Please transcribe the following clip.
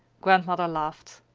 grandmother laughed.